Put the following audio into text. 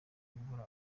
guhora